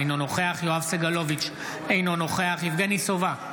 אינו נוכח יואב סגלוביץ' אינו נוכח יבגני סובה,